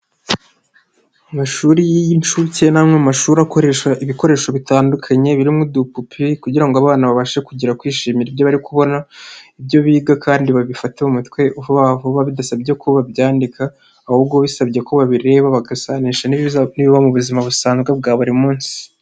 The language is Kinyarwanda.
Amashuri y'inshuke ni amwe mu mashuri akoresha ibikoresho bitandukanye birimo udupupe kugira ngo abana babashe kugira kwishimira ibyo bari kubona ibyo biga kandi babifate mu mutwe vuba vuba bidasabye ko babyandika, ahubwo bisabye ko babireba bagasanisha n'ibiza n'ibiba mu buzima busanzwe bwa buri munsi.